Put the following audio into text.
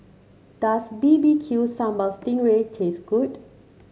does B B Q Sambal Sting Ray taste good